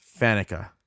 Fanica